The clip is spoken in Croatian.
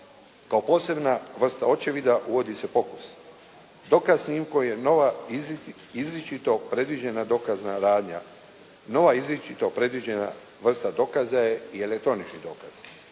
Kao posebna vrsta očevida uvodi se pokus. Dokaz snimkom koja je nova izričito predviđena dokazna radnja, nova izričito predviđena vrsta dokaza je i elektronički dokaz.